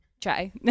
try